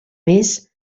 més